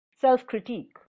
self-critique